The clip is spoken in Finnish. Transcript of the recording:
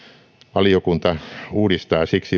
valiokunta uudistaa siksi